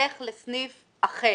לך לסניף אחר.